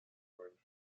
wound